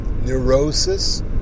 neurosis